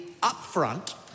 upfront